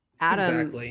Adam